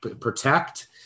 protect